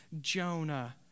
Jonah